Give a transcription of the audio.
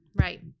right